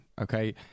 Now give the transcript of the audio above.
Okay